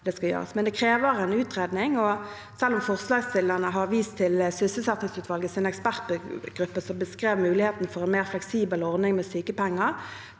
men det krever en utredning. Selv om forslagsstillerne har vist til sysselsettingsutvalgets ekspertgruppe, som beskrev muligheten for en mer fleksibel ordning med sykepenger